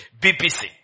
BPC